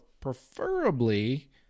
preferably